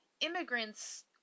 immigrants